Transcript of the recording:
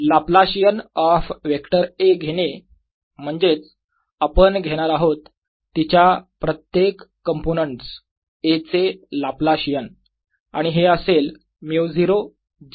Laplacian of vector A घेणे म्हणजेच आपण घेणार आहोत तिच्या प्रत्येक कंपोनेंट्स A चे लाप्लाशियन आणि हे असेल μ0 j ऑफ r